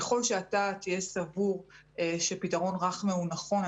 ככל שאתה תהיה סבור שפתרון רח'מה הוא נכון,